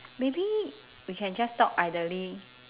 maybe we can just talk idly